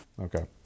Okay